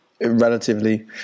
Relatively